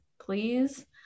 please